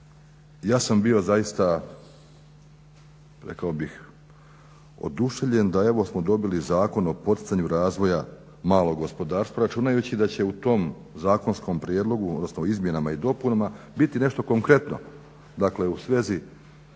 ja sam bio zaista rekao bih oduševljen da evo smo dobili Zakon o poticanju razvoja malog gospodarstva računajući da će u tom zakonskom prijedlogu, odnosno u izmjenama i dopunama biti nešto konkretno, dakle u svezi